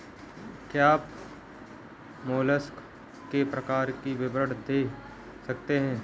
क्या आप मोलस्क के प्रकार का विवरण दे सकते हैं?